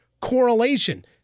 correlation